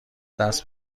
دست